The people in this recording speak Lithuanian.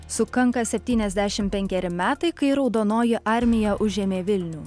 sukanka septyniasdešim penkeri metai kai raudonoji armija užėmė vilnių